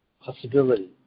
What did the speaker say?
possibility